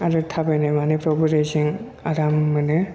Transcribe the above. आरो थाबायनाय मानायफ्रावबो रेजें आराम मोनो